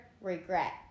Regret